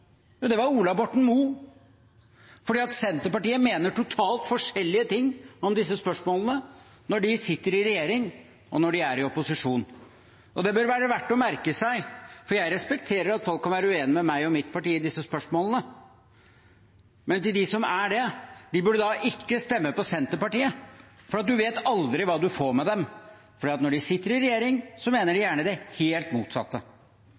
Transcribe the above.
Jo, det var Ola Borten Moe, fordi Senterpartiet mener totalt forskjellige ting om disse spørsmålene når de sitter i regjering og når de er i opposisjon, og det bør være verdt å merke seg. Jeg respekterer at folk kan være uenig med meg og mitt parti i disse spørsmålene, men de som er det, burde da ikke stemme på Senterpartiet, for du vet aldri hva du får med dem. For når de sitter i regjering, mener de gjerne det helt motsatte.